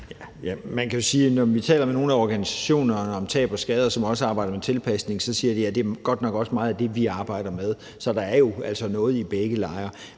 når vi taler med nogle af organisationerne om tab og skader – organisationer, som også arbejder med tilpasning – så siger de: Ja, det er godt nok også meget af det, vi arbejder med. Så der er jo altså noget i begge lejre.